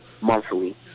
monthly